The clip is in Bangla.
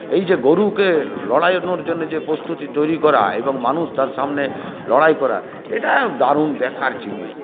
এই যে গরুকে লড়াইয়ের জন্যে যে প্রস্তুতি তৈরি করা হয় এবং মানুষ তার সামনে লড়াই করা এটা দারুন দেখার জিনিস